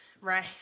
right